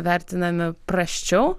vertinami prasčiau